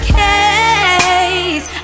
case